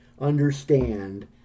understand